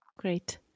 Great